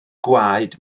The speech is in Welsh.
gwaed